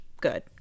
good